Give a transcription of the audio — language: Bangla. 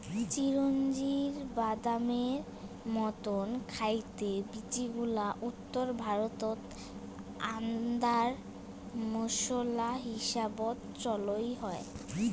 চিরোঞ্জির বাদামের মতন খাইতে বীচিগুলা উত্তর ভারতত আন্দার মোশলা হিসাবত চইল হয়